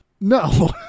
No